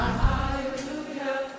hallelujah